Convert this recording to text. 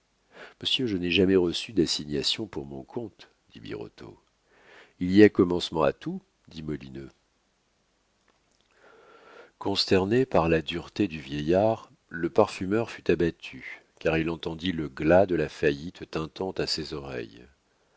monsieur je n'ai jamais reçu d'assignation pour mon compte dit birotteau il y a commencement à tout dit molineux consterné par la dureté du vieillard le parfumeur fut abattu car il entendit le glas de la faillite tintant à ses oreilles